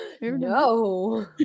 No